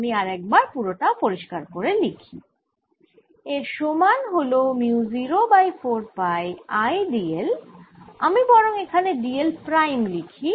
আমি আরেকবার পুরোটা পরিষ্কার করে লিখি এর সমান হল mu 0 by 4 pi I d l আমি বরং এখানে d l প্রাইম লিখি